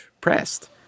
pressed